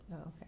okay